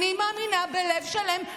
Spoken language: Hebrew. אני מאמינה בלב שלם,